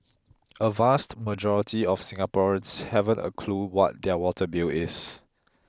a vast majority of Singaporeans haven't a clue what their water bill is